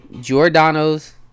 Giordano's